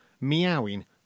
meowing